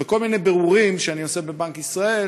מכל מיני בירורים שאני עושה בבנק ישראל